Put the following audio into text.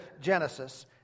Genesis